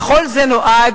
וכל זה נועד,